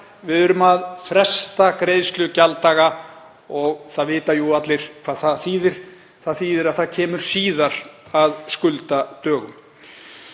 við erum að fresta greiðslu gjalda og það vita jú allir hvað það þýðir. Það þýðir að það kemur síðar að skuldadögum.